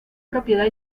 propiedad